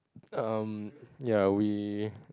um ya we